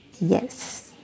Yes